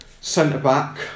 Centre-back